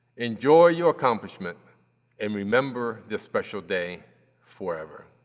enjoy your accomplishment and remember this special day forever.